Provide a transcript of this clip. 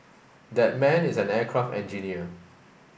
that man is an aircraft engineer